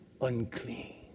unclean